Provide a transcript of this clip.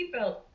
seatbelt